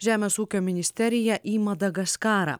žemės ūkio ministeriją į madagaskarą